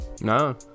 No